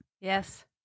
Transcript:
Yes